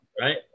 right